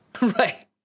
Right